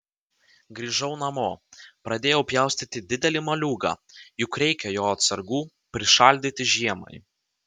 grįžau namo pradėjau pjaustyti didelį moliūgą juk reikia jo atsargų prišaldyti žiemai